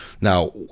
Now